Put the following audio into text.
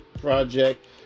project